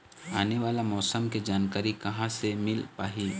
आने वाला मौसम के जानकारी कहां से मिल पाही?